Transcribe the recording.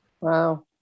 Wow